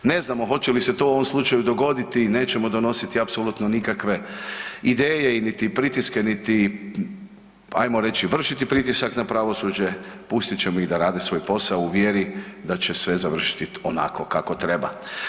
Ne znamo hoće li se to u ovom slučaju dogoditi, nećemo donositi apsolutno nikakve ideje, niti pritiske, niti, ajmo reći vršiti pritisak na pravosuđe, pustit ćemo ih da rade svoj posao u vjeri da će sve završiti onako kako treba.